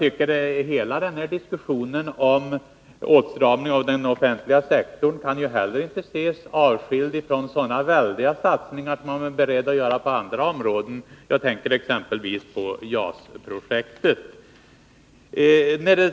Frågan om åtstramning av den offentliga sektorn kan inte heller ses avskild från sådana väldiga satsningar som man är beredd att göra på andra områden. Jag tänker exempelvis på JAS-projektet.